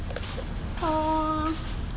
ah